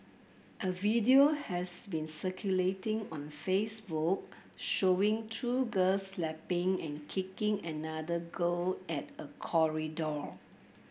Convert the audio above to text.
a video has been circulating on Facebook showing two girls slapping and kicking another girl at a corridor